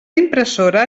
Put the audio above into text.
impressora